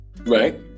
Right